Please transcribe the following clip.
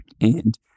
And-